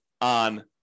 on